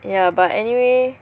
ya but anyway